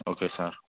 okay sir